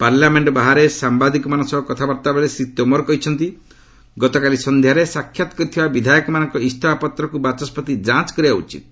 parliament ବାହାରେ ସାମ୍ବାଦିକମାନଙ୍କ ସହ କଥାବାର୍ତ୍ତା ବେଳେ ଶ୍ରୀ ତୋମର କହିଛନ୍ତି ଗତକାଲି ସନ୍ଧ୍ୟାରେ ସାକ୍ଷାତ କରିଥିବା ବିଧାୟକମାନଙ୍କ ଇସ୍ତଫାପତ୍ରକୁ ବାଚସ୍କତି ଯାଞ୍ଚ କରିବା ଉଚିତ୍